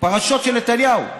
הפרשות של נתניהו.